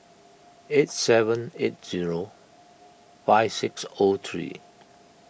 eight seven eight zero five six O three